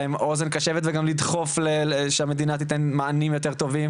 להם אוזן קשבת וגם לדחוף שהמדינה תיתן מענים יותר טובים